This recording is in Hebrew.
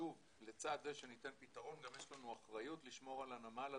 שוב לצד זה שניתן פתרון גם יש לנו אחריות לשמור על הנמל הזה,